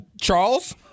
Charles